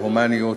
להומניות,